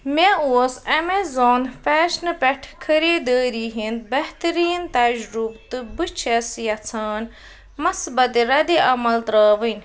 مےٚ اوس ایمازان فیشنہٕ پٮ۪ٹھ خٔریٖدٲری ہٕنٛدۍ بہتریٖن تجرُبہٕ تہٕ بہٕ چھَس یَژھان مثبتہِ ردِعمل ترٛاوٕنۍ